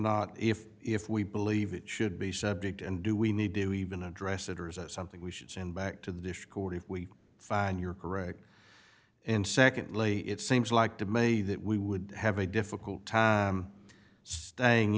not if if we believe it should be subject and do we need to even address it or is it something we should send back to the dish court if we find you're correct in secondly it seems like to many that we would have a difficult time staying